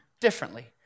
differently